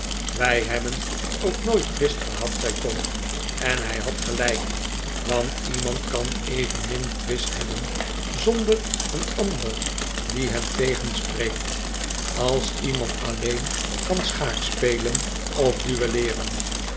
wij hetataen toch ook nooit twist gehad zei tom en hij had gelijk want iemand kan evenmin twist hebben zonder een ander die hem tegenspreekt als iemand alleen kan schaakspelen of duelleeren